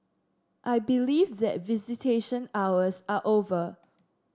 I believe that visitation hours are over